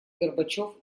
горбачев